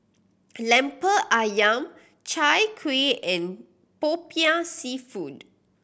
Lemper Ayam Chai Kuih and Popiah Seafood